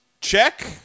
check